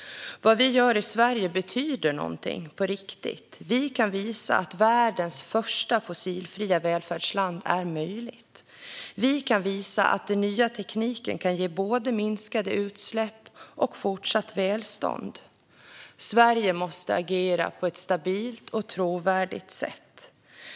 Vad vi gör i Sverige betyder någonting på riktigt. Vi kan visa att världens första fossilfria välfärdsland är möjligt. Vi kan visa att den nya tekniken kan ge både minskade utsläpp och fortsatt välstånd. Sverige måste agera på ett stabilt och trovärdigt sätt.